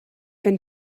been